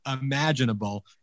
imaginable